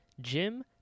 Jim